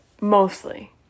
Mostly